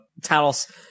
Talos